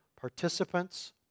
participants